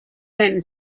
men